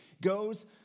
goes